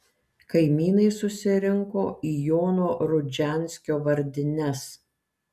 kaimynai susirinko į jono rudžianskio vardines